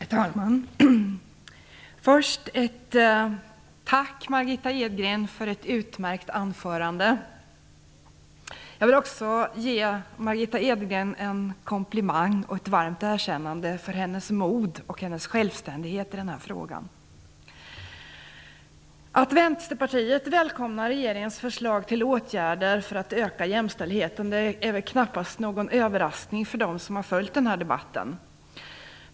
Herr talman! Först ett tack till Margitta Edgren för ett utmärkt anförande. Jag vill också ge Margitta Edgren en komplimang och ett varmt erkännande för hennes mod och självständighet i denna fråga. Att Vänsterpartiet välkomnar regeringens förslag till åtgärder för att öka jämställdheten är väl knappast någon överraskning för dem som följt debatten.